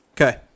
Okay